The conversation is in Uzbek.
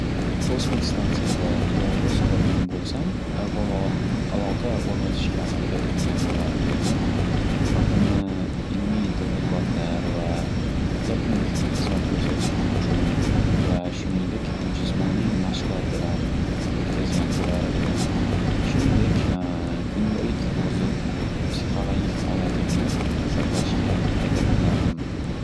Kosmik stansiyada yolg'iz qolgan bo'lsam, avvalo aloqa o'rnatishga harakat qilgan bo'lar edim. Vaqtimni ilmiy tadqiqotlar va texnik xizmat ko'rsatish uchun va shuningdek jismoniy mashqlar bilan o'tkazgan bo'lar edim. Shuning kundalik yozib, psixologik holatimni saqlashga harakat qilardim.